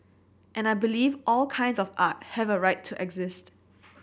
and I believe all kinds of art have a right to exist